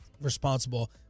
responsible